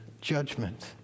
judgment